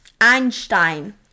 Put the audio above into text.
Einstein